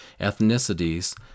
ethnicities